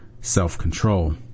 self-control